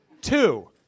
Two